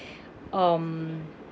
um